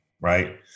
right